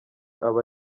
aba